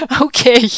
Okay